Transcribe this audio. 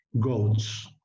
goats